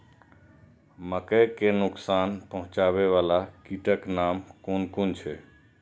मके के नुकसान पहुँचावे वाला कीटक नाम कुन कुन छै?